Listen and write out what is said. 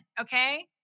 Okay